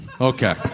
Okay